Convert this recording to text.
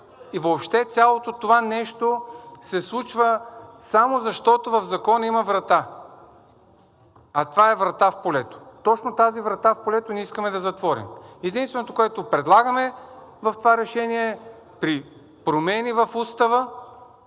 И въобще цялото това нещо се случва само защото в Закона има врата, а това е врата в полето. Точно тази врата в полето ние искаме да затворим. Единственото, което предлагаме в това решение, при промени в устава